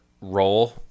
role